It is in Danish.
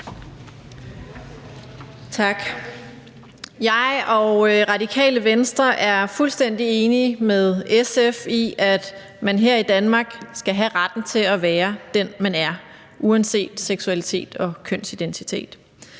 Tak. Jeg og Radikale Venstre er fuldstændig enige med SF i, at man her i Danmark skal have retten til at være den, man er, uanset seksualitet og kønsidentitet.